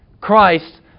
Christ